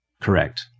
Correct